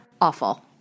awful